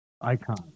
icon